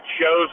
shows